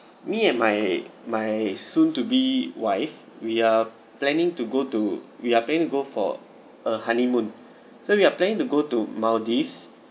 me and my my soon to be wife we are planning to go to we are planning to go for a honeymoon so we are planning to go to maldives